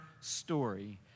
story